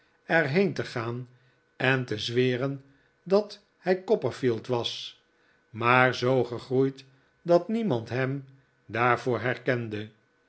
er heen te gaan en te zweren dat hij copperfield was maar zoo gegroeid dat niemand hem daardoor herkende